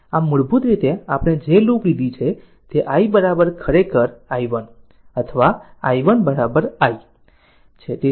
આમ મૂળભૂત રીતે આપણે જે લૂપ લીધી છે તે i ખરેખર i1 અથવા i1 i છે